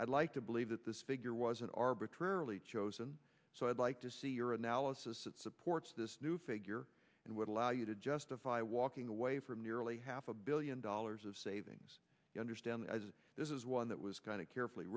i'd like to believe that this figure was an arbitrarily chosen so i'd like to see your analysis that supports this new figure and would allow you to justify walking away from nearly half a billion dollars of savings i understand this is one that was kind of carefully